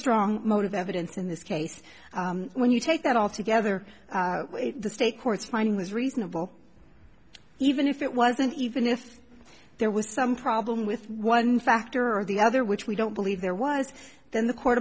strong motive evidence in this case when you take that all together the state courts finding was reasonable even if it wasn't even if there was some problem with one factor or the other which we don't believe there was then the court